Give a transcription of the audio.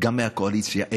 גם מהקואליציה,